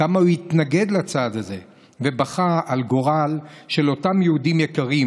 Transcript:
כמה הוא התנגד לצעד הזה ובכה על גורל אותם יהודים יקרים.